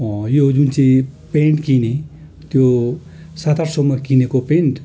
यो जुन चाहिँ पेन्ट किनेँ त्यो सात आठ सौमा किनेको पेन्ट